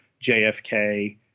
JFK